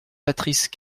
patrice